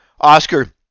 Oscar